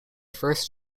first